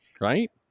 right